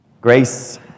Grace